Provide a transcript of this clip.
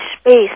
space